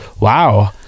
Wow